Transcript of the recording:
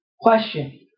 Question